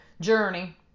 journey